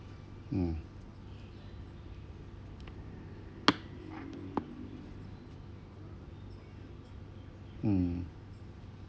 mm mm